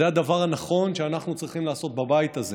זה הדבר הנכון שאנחנו צריכים לעשות בבית הזה